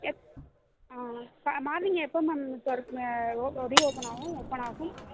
எப் ஆ ஃப மார்னிங் எப்போ மேம் திறப்பி ஓ ரிஓபன் ஆகும் ஓபன் ஆகும்